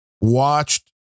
watched